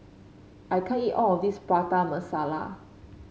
I can't eat all of this Prata Masala